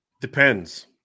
depends